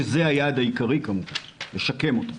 שזה היעד העיקרי כמובן, לשקם אותם,